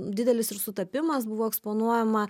didelis ir sutapimas buvo eksponuojama